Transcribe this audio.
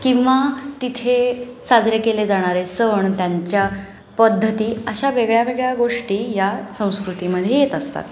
किंवा तिथे साजरे केले जाणारे सण त्यांच्या पद्धती अशा वेगळ्या वेगळ्या गोष्टी या संस्कृतीमध्ये येत असतात